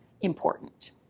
important